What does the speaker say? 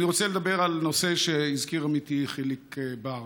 אני רוצה לדבר על נושא שהזכיר עמיתי חיליק בר.